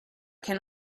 can